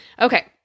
Okay